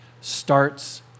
starts